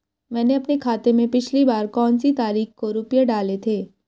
मैंने अपने खाते में पिछली बार कौनसी तारीख को रुपये डाले थे?